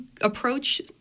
approach